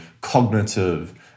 cognitive